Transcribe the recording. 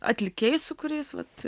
atlikėjai su kuriais vat